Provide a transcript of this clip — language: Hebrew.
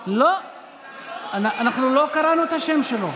לא יוכל לכהן כשר בממשלה החדשה כאמור,